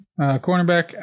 cornerback